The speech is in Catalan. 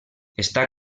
està